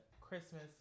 christmas